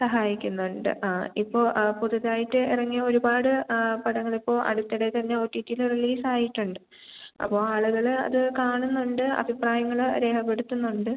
സഹായിക്കുന്നുണ്ട് ആ ഇപ്പോൾ പുതുതായിട്ട് ഇറങ്ങിയ ഒരുപാട് ആ പടങ്ങളിപ്പോൾ അടുത്തിടെ തന്നെ ഒ ടി ടിയിൽ റിലീസായിട്ടുണ്ട് അപ്പോൾ ആളുകൾ അത് കാണുന്നുണ്ട് അഭിപ്രായങ്ങൾ രേഖപ്പെടുത്തുന്നുണ്ട്